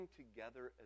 together